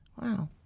Wow